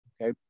Okay